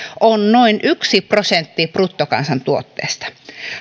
on noin yksi prosentti bruttokansantuotteesta